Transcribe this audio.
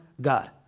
God